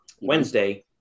Wednesday